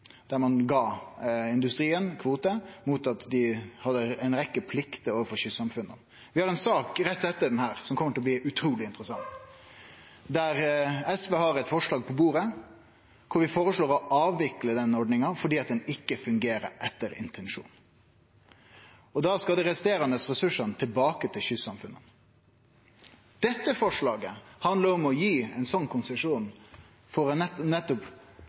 der SV har eit forslag på bordet om å avvikle den ordninga, fordi ho ikkje fungerer etter intensjonen. Da skal dei resterande ressursane tilbake til kystsamfunna. Dette forslaget handlar om å gi ein sånn konsesjon for nettopp